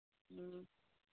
ꯎꯝ